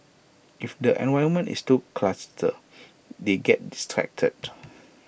if the environment is too cluttered they get distracted